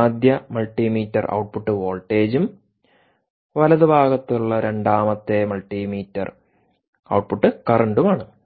ആദ്യ multimeter output വോൾട്ടേജും വലത് ഭാഗത്തുള്ള രണ്ടാമത്തെ മൾട്ടിമീറ്റർ ഔട്ട്പുട്ട് കറന്റാണ്